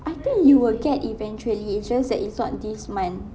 I think you will get eventually it's just that it's not this month